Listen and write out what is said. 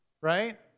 right